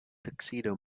tuxedo